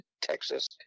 Texas